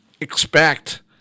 expect